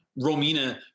Romina